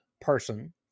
person